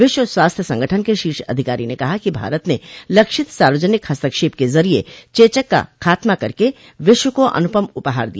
विश्व स्वास्थ्य संगठन के शीर्ष अधिकारी ने कहा कि भारत ने लक्षित सार्वजनिक हस्तक्षेप के जरिये चेचक का खातमा करके विश्व को अनुपम उपहार दिया